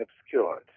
obscured